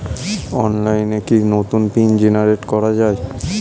অনলাইনে কি নতুন পিন জেনারেট করা যায়?